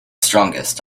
strongest